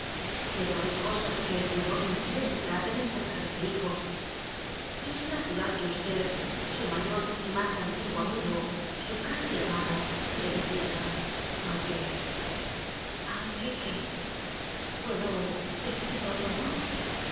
pero hay cosas que él pudor impide se traten entre padres e hijos es natural que usted su mayor y más antiguo amigo su casi hermano le defienda iü aunque aunque qué puedo decirlo todo